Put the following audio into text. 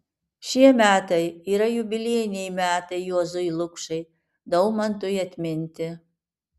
šie metai yra jubiliejiniai metai juozui lukšai daumantui atminti